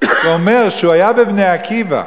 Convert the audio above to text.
שאומר שהוא היה ב"בני עקיבא",